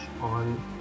on